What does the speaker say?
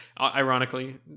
ironically